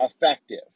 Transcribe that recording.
effective